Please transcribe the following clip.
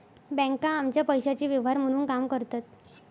बँका आमच्या पैशाचे व्यवहार म्हणून काम करतात